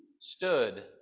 stood